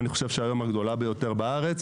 אני חושב שהיום הגדולה ביותר בארץ,